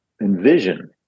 envision